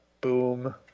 boom